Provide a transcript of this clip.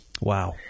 Wow